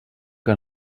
que